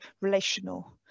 relational